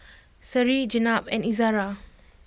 Seri Jenab and Izzara